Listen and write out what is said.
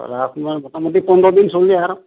আপোনাৰ মোটামুটি পন্ধৰ দিন